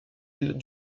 îles